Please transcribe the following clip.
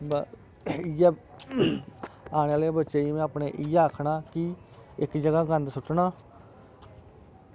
ते इयै आने आह्लें बच्चें गी में अपने इयै आक्खना कि इक जगह गंद सुट्टना